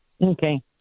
Okay